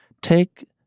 take